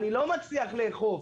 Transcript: אני לא מצליח לאכוף,